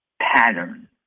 pattern